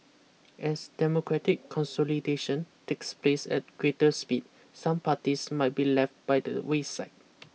as democratic consolidation takes place at greater speed some parties might be left by the wayside